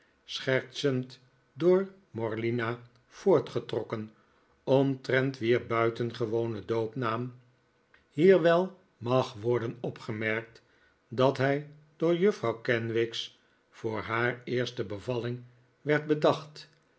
schertsend door morlina voortgetrokken omtrent wier buitengewonen doopnaam hier wel mag worden opgemerkt dat hij door juffrouw kenwigs voor haar eerste bevalling werd bedacht